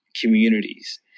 communities